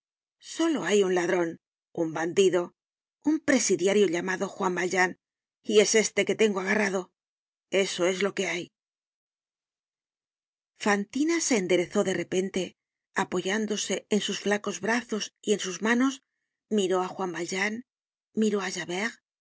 solo hay un ladron un bandido un presidiario llamado juan valjean y es este que tengo agarrado eso es lo que hay fantina se enderezó de repente apoyándose en sus flacos brazos y en sus manos miró á juan valjean miró á